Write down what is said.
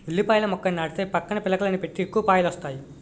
ఉల్లిపాయల మొక్కని నాటితే పక్కన పిలకలని పెట్టి ఎక్కువ పాయలొస్తాయి